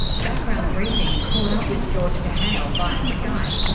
background briefing caught up with george kahale via skype.